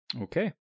Okay